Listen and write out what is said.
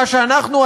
מה שאנחנו,